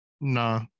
No